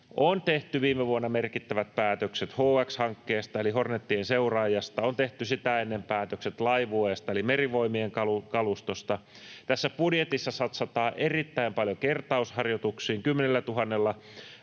On tehty viime vuonna merkittävät päätökset HX-hankkeesta eli Hornetien seuraajasta. On tehty sitä ennen päätökset laivueesta eli Merivoimien kalustosta. Tässä budjetissa satsataan erittäin paljon kertausharjoituksiin. 10 000:lla